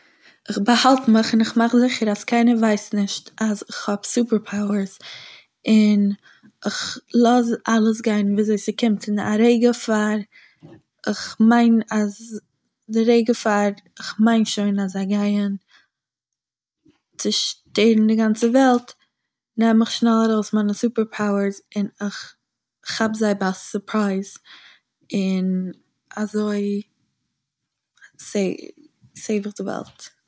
איך באהאלט מיך און איך מאך זיכער אז קיינער ווייסט נישט אז איך האב סופערפאוערס און איך לאז אלעס גיין וואו אזוי ס׳קומט פון א רגע פאר איך מיין אז די רגע פאר איך מיין שוין אז זיי גייען צושטערן די גאנצע וועלט נעם איך שנעל ארויס מיינע סופערפאוערס און איך כאפ זיי ביי סופרייז, און אזוי סעי- סעיוו איך די וועלט.